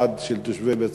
לוועדה של תושבי בית-צפאפא,